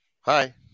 Hi